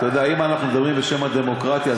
אם אנחנו מדברים בשם הדמוקרטיה,